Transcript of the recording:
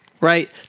right